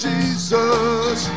Jesus